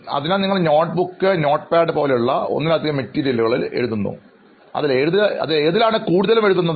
അതിനാൽ നിങ്ങൾ note book notepad പോലുള്ള ഒന്നിലധികം മെറ്റീരിയലുകളിൽ എഴുതുന്നു എന്നുപറയുന്നു കൂടുതലും ഏതിലാണ് എഴുതാറുള്ളത്